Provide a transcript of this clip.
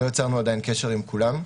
לא יצרנו עדיין קשר עם כולן.